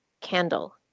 candle